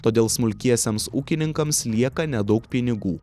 todėl smulkiesiems ūkininkams lieka nedaug pinigų